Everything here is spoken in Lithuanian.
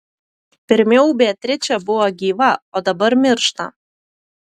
pirmiau beatričė buvo gyva o dabar miršta